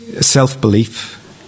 self-belief